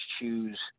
choose